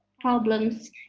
problems